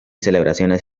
celebraciones